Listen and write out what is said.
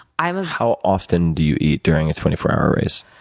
i will how often do you eat during a twenty four hour race?